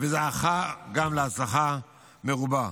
וזכה גם להצלחה מרובה.